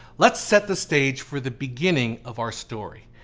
let's set the stage for the beginning of our story.